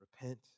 Repent